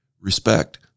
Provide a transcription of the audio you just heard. respect